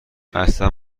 اصلا